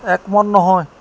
একমত নহয়